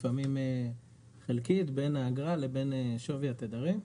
לפעמים חלקית בין האגרה לבין שווי התדרים.